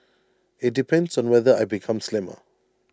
IT depends on whether I become slimmer